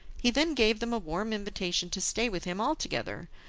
he then gave them a warm invitation to stay with him altogether,